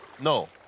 No